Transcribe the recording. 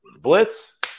blitz